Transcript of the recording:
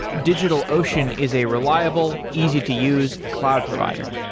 digitalocean is a reliable, easy to use cloud provider.